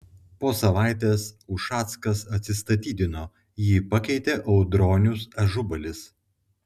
po savaitės ušackas atsistatydino jį pakeitė audronius ažubalis